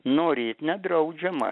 norėt nedraudžiama